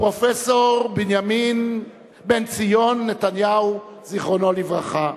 הפרופסור בנציון נתניהו, זיכרונו לברכה,